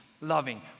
loving